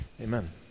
amen